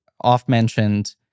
off-mentioned